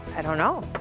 and don't know.